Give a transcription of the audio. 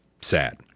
Sad